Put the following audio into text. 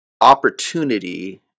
opportunity